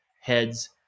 heads